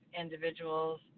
individuals